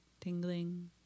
tingling